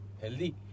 healthy